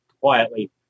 quietly